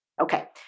Okay